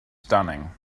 stunning